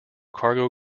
cargo